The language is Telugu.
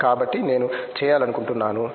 కాబట్టి నేను చేయాలనుకుంటున్నాను